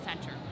center